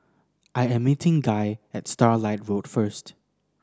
I am meeting Guy at Starlight Road first